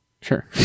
Sure